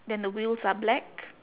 then the wheels are black